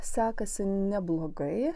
sekasi neblogai